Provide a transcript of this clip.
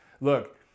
Look